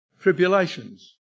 tribulations